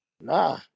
Nah